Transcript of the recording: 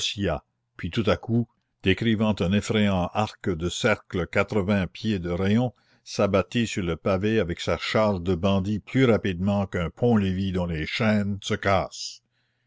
puis tout à coup décrivant un effrayant arc de cercle de quatre-vingts pieds de rayon s'abattit sur le pavé avec sa charge de bandits plus rapidement qu'un pont-levis dont les chaînes se cassent